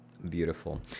Beautiful